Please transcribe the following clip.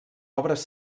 obres